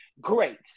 great